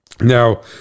Now